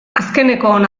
azkenekoon